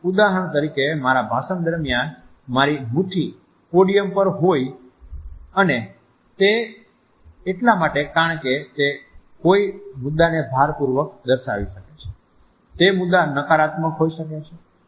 ઉદાહરણ તરીકે મારા ભાષણ દરમિયાન મારી મુઠ્ઠી પોડિયમ પર હોઈ શકે છે કારણ કે તે કોઈ મુદ્દાને ભાર પૂર્વક દર્શાવી શકે છે તે મુદ્દા નકારાત્મક હોઈ શકે છે